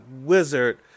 wizard